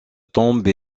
tombe